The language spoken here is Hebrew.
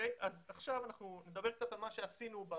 נדבר קצת על מה שעשינו.